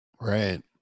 right